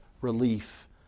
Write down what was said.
relief